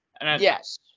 Yes